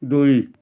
ଦୁଇ